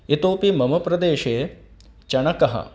इतोपि मम प्रदेशे चणकः